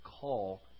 call